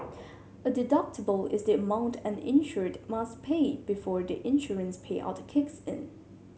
a deductible is the amount an insured must pay before the insurance payout the kicks in